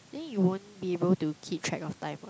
then you won't be able to keep track of time [what]